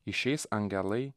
išeis angelai